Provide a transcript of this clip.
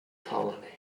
colony